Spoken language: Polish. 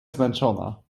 zmęczona